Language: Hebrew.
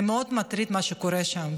זה מאוד מטריד, מה שקורה שם.